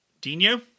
Dino